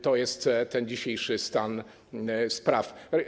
To jest ten dzisiejszy stan spraw.